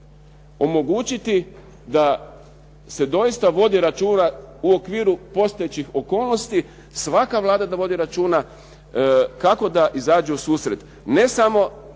omogućiti da se doista vodi računa u okviru postojećih okolnosti. Svaka Vlada da vodi računa kako da izađe u susret ne samo